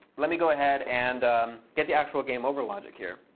let me go ahead and get the actual game over logic here.